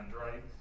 right